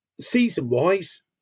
Season-wise